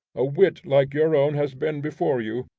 a wit like your own has been before you,